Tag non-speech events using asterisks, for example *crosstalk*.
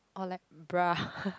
or like bra *laughs*